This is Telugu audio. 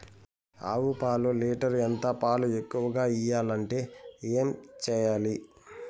ఆవు పాలు లీటర్ ఎంత? పాలు ఎక్కువగా ఇయ్యాలంటే ఏం చేయాలి?